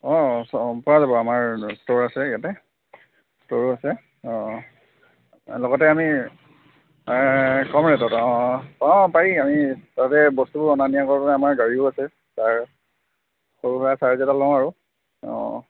অঁ অঁ অঁ পৰা যাব আমাৰ ষ্টৰ আছে ইয়াতে ষ্টৰো আছে অঁ লগতে আমি কম ৰেটত অঁ অঁ পাৰি আমি চবেই বস্তুবোৰ অনা নিয়া কৰিবলৈ আমাৰ গাড়ীও আছে তাৰ সৰু সুৰা চাৰ্জ এটা লওঁ আৰু অঁ